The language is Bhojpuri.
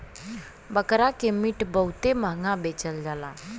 बकरा के मीट बहुते महंगा बेचल जाला